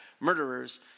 Murderers